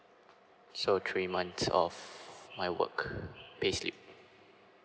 so three months of my work payslip